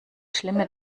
schlimme